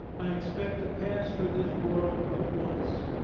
i expect to pass through this world but once.